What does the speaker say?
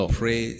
pray